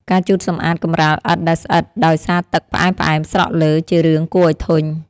ការជូតសម្អាតកម្រាលឥដ្ឋដែលស្អិតដោយសារទឹកផ្អែមៗស្រក់លើ ជារឿងគួរឱ្យធុញ។